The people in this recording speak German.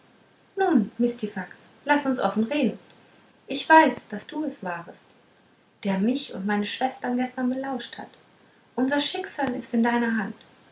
nun mistifax laß uns offen reden ich weiß daß du es warest der mich und meine schwestern gestern belauscht hat unser schicksal ist in deiner hand